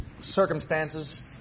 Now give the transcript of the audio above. circumstances